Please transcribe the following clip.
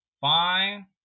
Fine